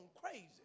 crazy